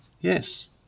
yes